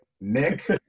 Nick